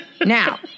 Now